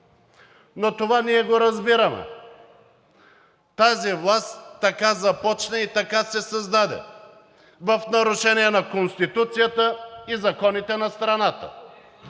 но това ние го разбираме. Тази власт така започна и така се създаде – в нарушение на Конституцията и законите на страната.